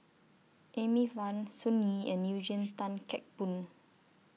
Amy Van Sun Yee and Eugene Tan Kheng Boon